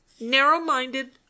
narrow-minded